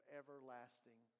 everlasting